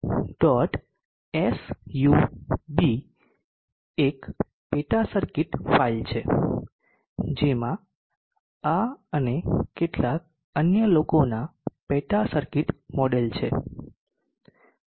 sub એક પેટા circuit file છે જેમાં આ અને કેટલાક અન્ય લોકોના પેટા સર્કિટ મોડેલ છે